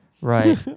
Right